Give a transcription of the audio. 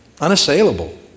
Unassailable